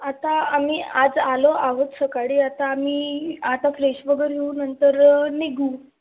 आता आम्ही आज आलो आहोत सकाळी आता आम्ही आता फ्रेश वगैरे होऊ नंतर निघू